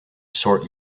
sort